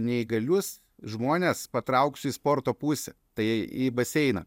neįgalius žmones patrauksiu į sporto pusę tai į baseiną